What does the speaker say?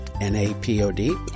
N-A-P-O-D